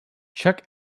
chuck